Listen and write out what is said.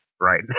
right